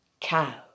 cow